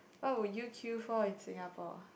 what would you queue for in Singapore